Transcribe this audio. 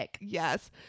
Yes